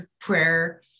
prayer